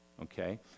Okay